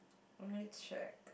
I may need to check